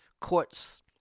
courts